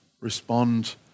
Respond